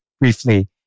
briefly